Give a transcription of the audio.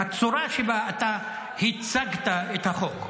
הצורה שבה הצגת את החוק.